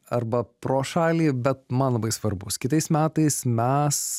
arba pro šalį bet man labai svarbus kitais metais mes